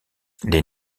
les